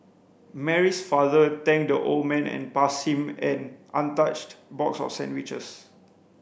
Mary's father thanked the old man and passed him an untouched box of sandwiches